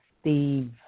Steve